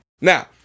Now